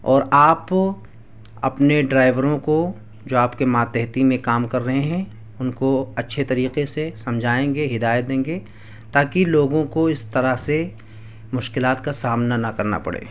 اور آپ اپنے ڈرائیوروں کو جو آپ کے ماتحتی میں کام کر رہے ہیں ان کو اچھے طریقے سے سمجھائیں گے ہدایت دیں گے تاکہ لوگوں کو اس طرح سے مشکلات کا سامنا نہ کرنا پڑے